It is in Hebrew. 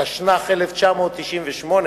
התשנ"ח 1998,